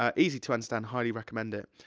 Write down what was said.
um easy to understand, highly recommend it.